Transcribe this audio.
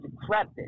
decrepit